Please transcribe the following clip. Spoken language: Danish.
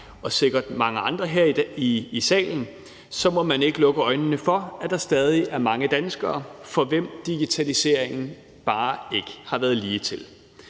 og sikkert mange andre her i salen, må man ikke lukke øjnene for, at der stadig er mange danskere, for hvem digitaliseringen bare ikke har været ligetil.